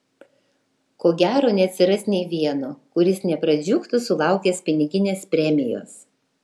ko gero neatsiras nė vieno kuris nepradžiugtų sulaukęs piniginės premijos